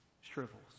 shrivels